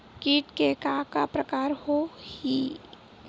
कीट के का का प्रकार हो होही?